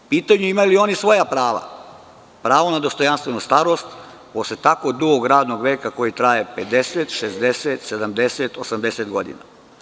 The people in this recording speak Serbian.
Pitanje je imaju li oni svoja prava, prava na dostojanstvenu starost posle tako dugog radnog veka koji traje 50, 60,70, 80 godina?